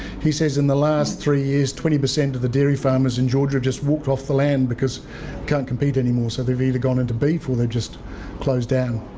he says in the last three years twenty percent of the dairy farmers in georgia just walked off the land because can't compete anymore, so they've either gone into beef or they've just closed down.